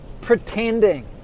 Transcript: pretending